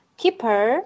keeper